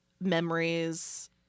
memories